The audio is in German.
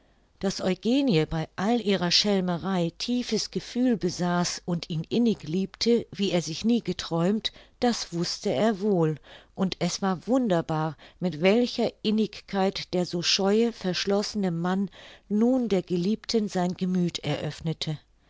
daß eugenie bei all ihrer schelmerei tiefes gefühl besaß und ihn innig liebte wie er sich nie geträumt das wußte er wohl und es war wunderbar mit welcher innigkeit der so scheue verschlossene mann nun der geliebten sein gemüth eröffnete